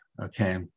Okay